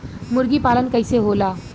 मुर्गी पालन कैसे होला?